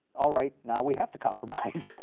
all right, now we have to compromise.